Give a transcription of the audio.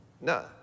No